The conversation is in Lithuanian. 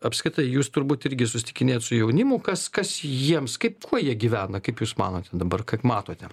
apskritai jūs turbūt irgi susitikinėjat su jaunimu kas kas jiems kaip kuo jie gyvena kaip jūs manote dabar kaip matote